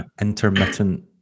intermittent